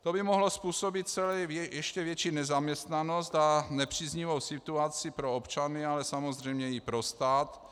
To by mohlo způsobit ještě větší nezaměstnanost a nepříznivou situaci pro občany, ale samozřejmě i pro stát.